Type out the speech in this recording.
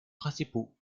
principaux